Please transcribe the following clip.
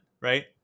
right